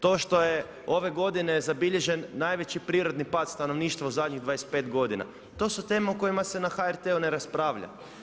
To što je ove godine zabilježen najveći prirodni pad stanovništva u zadnjih 25 g. To su teme u kojima se na HRT-u ne raspravlja.